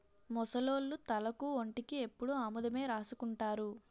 ముసలోళ్లు తలకు ఒంటికి ఎప్పుడు ఆముదమే రాసుకుంటారు